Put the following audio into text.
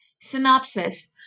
synopsis